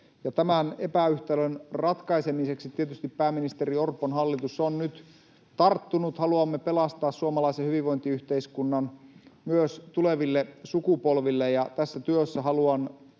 Tämän epäyhtälön ratkaisemiseen tietysti pääministeri Orpon hallitus on nyt tarttunut. Haluamme pelastaa suomalaisen hyvinvointiyhteiskunnan myös tuleville sukupolville. Tässä työssä haluan